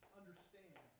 understand